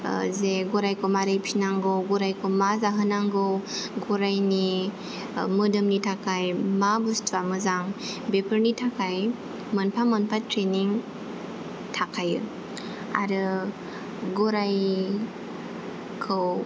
जे गरायखौ माबोरै फिनांगौ गरायखौ मा जाहोनांगौ गरायनि मोदोमनि थाखाय मा बुस्तुवा मोजां बेफोरनि थाखाय मोनफा मोनफा थ्रेनिं थाखायो आरो गराय खौ